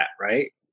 right